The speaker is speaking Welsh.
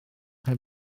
heb